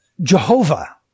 Jehovah